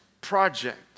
project